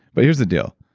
but here's the deal.